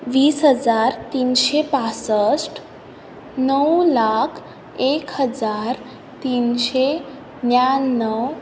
वीस हजार तिनशें पांसश्ट णव लाख एक हजार तिनशें न्यान्नव